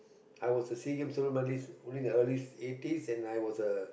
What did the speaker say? I was S_E_A games silver medalist early eighties and I was a